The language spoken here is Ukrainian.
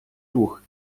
рух